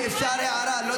זה יהיה, וזה אפילו יתגבר.